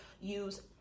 use